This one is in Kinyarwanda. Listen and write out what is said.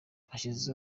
hashize